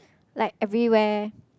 like everywhere